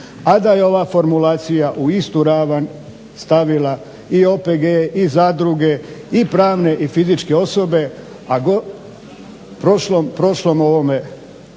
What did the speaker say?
A da je ova formulacija u istu ravan stavila i OPG-e, i zadruge, i pravne i fizičke osobe, a u prošlom ovome,